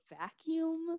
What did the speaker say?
vacuum